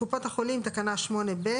(1)קופות החולים, תקנה 8(ב)